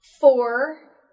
four